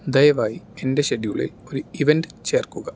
ദയവായി എന്റെ ഷെഡ്യൂളിൽ ഒരു ഇവൻറ് ചേർക്കുക